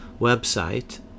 website